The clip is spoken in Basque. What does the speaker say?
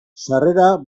sarrera